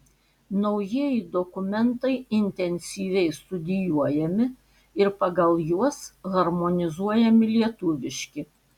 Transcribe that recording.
naujieji dokumentai intensyviai studijuojami ir pagal juos harmonizuojami lietuviški